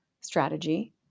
strategy